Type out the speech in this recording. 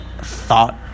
thought